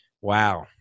Wow